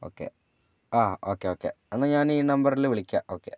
okay okay okay എന്നാൽ ഞാൻ ഈ നമ്പറിൽ വിളിക്കാം ഓക്കേ